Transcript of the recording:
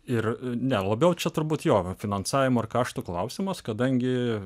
ir ne labiau čia turbūt jo finansavimo ir kaštų klausimas kadangi